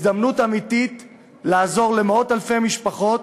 הזדמנות אמיתית לעזור למאות-אלפי משפחות,